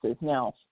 now